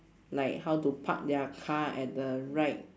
like how to park their car at the right